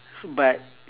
so but